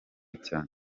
cyane